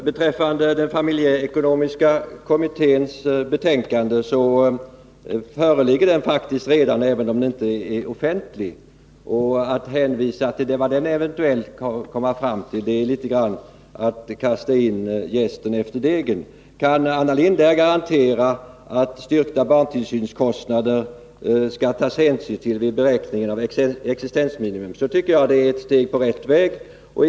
Herr talman! Den familjeekonomiska kommitténs betänkande föreligger bidrag till regiofaktiskt redan, även om det inte är offentligt; att hänvisa till vad den — nala utvecklingskommittén eventuellt kommit fram till är litet grand att kasta in jästen efter — fonder degen. Kan Anna Lindh garantera att hänsyn skall tas till styrkta barntillsynskostnader vid beräkning av existensminimum, är det ett steg på rätt väg.